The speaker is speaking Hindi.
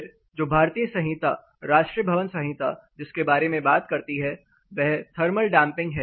फिर जो भारतीय संहिता राष्ट्रीय भवन संहिता जिसके बारे में बात करती है वह थर्मल डैंपिंग है